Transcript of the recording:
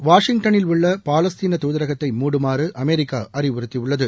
வாஷிங்டனில் உள்ள பாலஸ்தீன துதரகத்தை மூடுமாறு அமெரிக்கா அறிவுறுத்தியுள்ளது